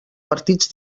partits